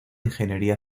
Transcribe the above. ingeniería